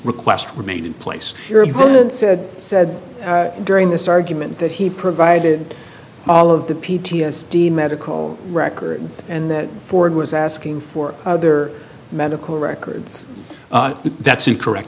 request remained in place and said said during this argument that he provided all of the p t s d medical records and that ford was asking for other medical records that's incorrect